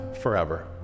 forever